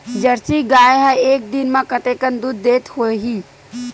Jersey गाय ह एक दिन म कतेकन दूध देत होही?